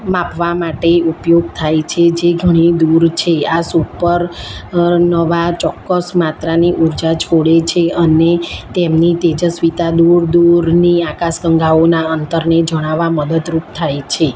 માપવા માટે ઉપયોગ થાય છે જે ઘણી દૂર છે આ સુપર નોવા ચોક્કસ માત્રાની ઉર્જા છોડે છે અને તેમની તેજસ્વીતા દૂર દૂરની આકાશગંગાઓનાં અંતરને જણાવવા મદદરૂપ થાય છે